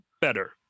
better